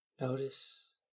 Notice